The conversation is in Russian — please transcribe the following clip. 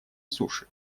суше